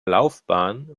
laufbahn